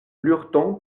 lurton